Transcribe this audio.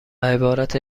عبارت